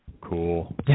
cool